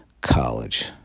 college